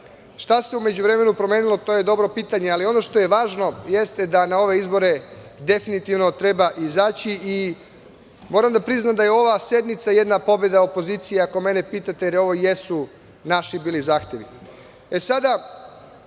Šta se u međuvremenu promenilo, to je dobro pitanje, ali ono što je važno jeste da na ove izbore definitivno treba izaći. Moram da priznam da je ova sednica jedna pobeda opozicije, ako mene pitate, jer ovo jesu bili naši